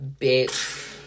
bitch